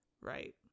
Right